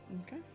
Okay